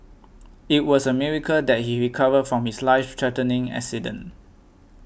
it was a miracle that he recovered from his life threatening accident